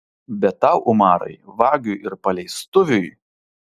bet tau umarai vagiui ir paleistuviui